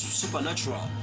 supernatural